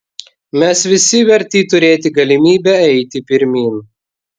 mes visi verti turėti galimybę eiti pirmyn